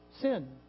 sin